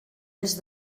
est